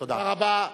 תודה.